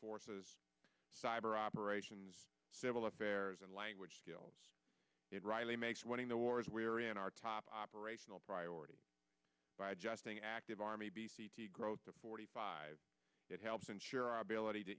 forces cyber operations civil affairs and language skills it really makes wanting the wars we are in our top operational priority by adjusting active army b c to grow to forty five it helps ensure our ability to